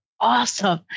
awesome